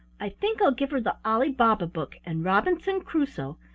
i think i'll give her the ali baba book and robinson crusoe,